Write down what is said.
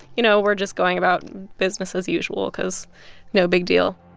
you know, we're just going about business as usual because no big deal.